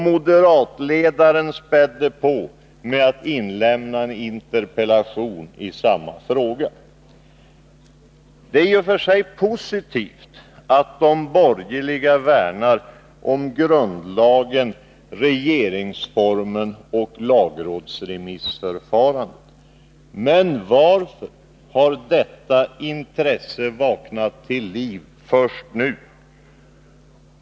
Moderatledaren spädde på med att inlämna en interpellation i samma fråga. Det är i och för sig positivt att de borgerliga värnar om grundlagen, i det här fallet regeringsformen, och om lagrådsremissförfarandet. Men varför har detta intresse vaknat till liv först nu?